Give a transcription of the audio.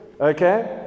Okay